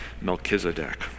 Melchizedek